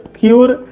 cure